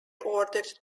ordered